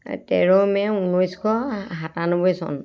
তেৰ মে' ঊনৈছশ সাতানব্বৈ চন